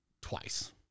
twice